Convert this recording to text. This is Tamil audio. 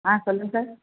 ஆ சொல்லுங்கள் சார்